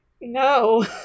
No